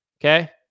Okay